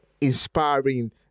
inspiring